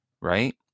Right